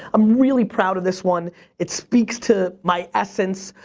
i'm really proud of this one it speaks to my essence.